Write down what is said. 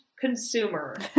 consumer